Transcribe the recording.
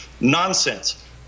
Nonsense